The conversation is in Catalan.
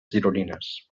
gironines